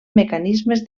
mecanismes